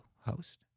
host